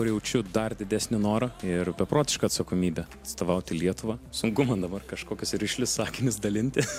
jaučiu dar didesnį norą ir beprotišką atsakomybę atstovauti lietuvą sunku man dabar kažkokius rišlius sakinius dalinti